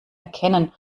erkennen